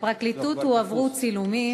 לפרקליטות הועברו צילומים,